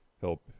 help